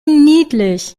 niedlich